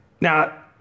Now